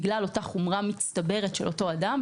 בגלל אותה חומרה מצטברת של אותו אדם.